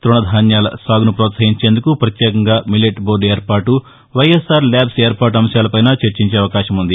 తృణధాన్యాల సాగును ప్రోత్సహించేందుకు ప్రత్యేకంగా మిల్లెట్బోర్డు ఏర్పాటు వైఎస్సార్ ల్యాబ్స్ ఏర్పాటు అంశాలపైనా చర్చించే అవకాశం ఉంది